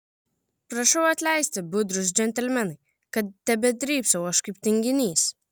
prašau atleisti budrūs džentelmenai kad tebedrybsau aš kaip tinginys